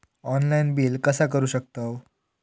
Online bill कसा करु शकतव?